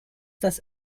das